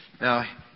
Now